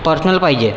personal पाहिजे